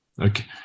Okay